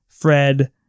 Fred